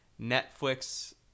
Netflix